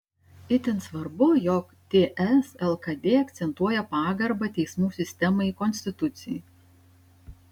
itin svarbu jog ts lkd akcentuoja pagarbą teismų sistemai konstitucijai